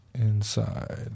inside